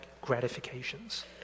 gratifications